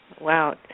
Wow